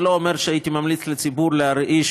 זה לא אומר שהייתי ממליץ לציבור להרעיש